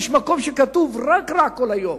יש מקום שכתוב: "רק רע כל היום".